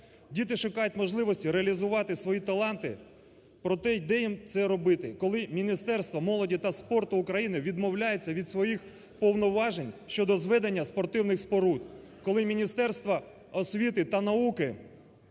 Діти шукають можливості реалізувати свої таланти, проте, де їм це робити, коли Міністерство молоді та спорту України відмовляється від своїх повноважень щодо зведення спортивних споруд, коли Міністерство освіти та науки